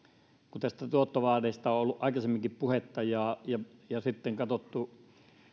näistä tuottovaateista on ollut aikaisemminkin puhetta ja sitten on katsottu